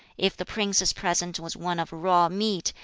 if the prince's present was one of raw meat,